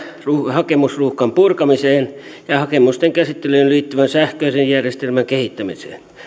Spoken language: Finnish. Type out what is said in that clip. hakemusruuhkan purkamiseen ja hakemusten käsittelyyn liittyvän sähköisen järjestelmän kehittämiseen